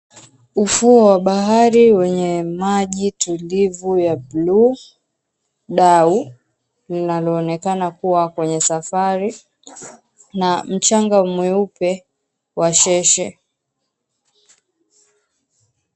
Ufuo wa bahari wenye maji tulivu ya buluu. Dau linaloonekana kuwa kwenye safai na mchanga mweupe wa sheshe.